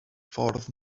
ffordd